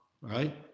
right